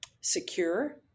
secure